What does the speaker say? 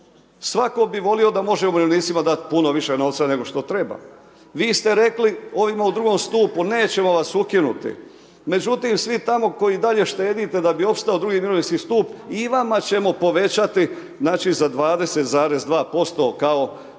svatko bi volio da može umirovljenicima dat puno više novca nego što treba. Vi ste rekli ovima u drugom stupu nećemo vas ukinuti, međutim svi tamo koji dalje štedite da bi opstao drugi mirovinski stup, i vama ćemo povećati za 20,2% kao